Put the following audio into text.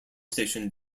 station